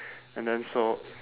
and then so